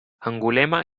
angulema